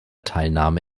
teilnahme